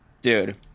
dude